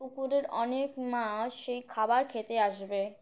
পুকুরের অনেক মাছ সেই খাবার খেতে আসবে